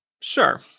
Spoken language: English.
Sure